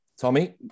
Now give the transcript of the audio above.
Tommy